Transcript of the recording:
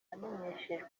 yamenyeshejwe